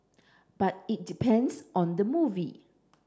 but it depends on the movie